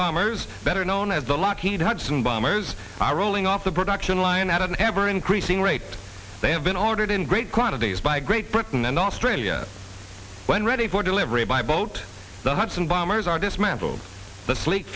bombers better known as the lockheed hudson bombers are rolling off the production line at an ever increasing rate they have been ordered in great quantities by great britain and australia when ready for delivery by boat the hudson bombers are dismantled the slee